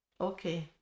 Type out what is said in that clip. Okay